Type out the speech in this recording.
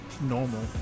normal